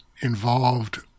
involved